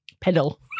pedal